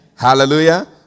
Hallelujah